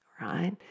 right